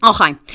Okay